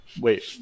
Wait